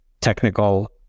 technical